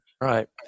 Right